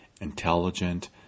intelligent